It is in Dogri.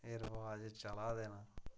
एह् रवाज़ चला दे न